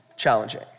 challenging